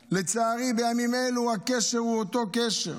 לצערי, בימים אלו הקשר הוא אותו קשר,